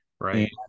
right